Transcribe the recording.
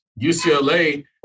UCLA